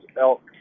elk